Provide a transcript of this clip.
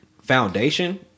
foundation